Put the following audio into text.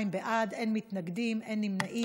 22 בעד, אין מתנגדים, אין נמנעים.